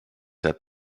that